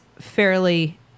fairly